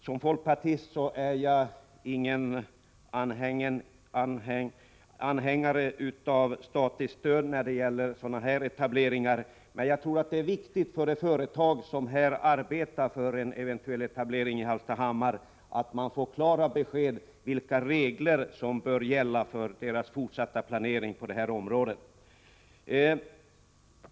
Som folkpartist är jag inte någon anhängare av statligt stöd när det gäller sådana här etableringar, men jag tror att det är viktigt att ett företag som arbetar för en eventuell etablering i Hallstahammar får klara besked vilka regler som bör gälla för dess fortsatta planering på detta område.